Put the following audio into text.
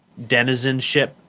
denizenship